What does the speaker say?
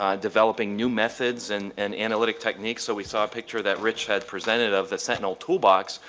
ah developing new methods, and and analytic techniques so we saw a picture that rich had presented of the sentinel toolbox.